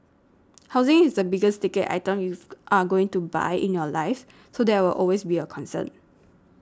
housing is the biggest ticket item you've are going to buy in your life so there will always be a concern